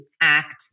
act